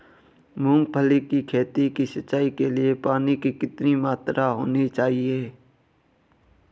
मूंगफली की खेती की सिंचाई के लिए पानी की कितनी मात्रा होनी चाहिए?